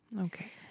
Okay